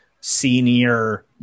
senior